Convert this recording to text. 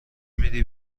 میدی